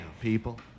people